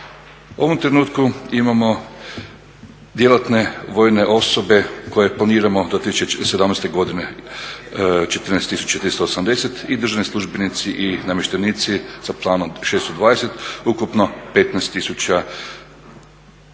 ovom trenutku imamo djelatne vojne osobe koje planiramo do 2017. godine 14380 i državni službenici i namještenici sa Planom 620. Ukupno 15